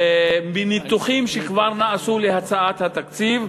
מניתוחים שכבר נעשו להצעת התקציב,